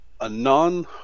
Anon